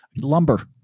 lumber